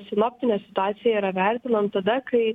sinoptinė situacija yra vertinam tada kai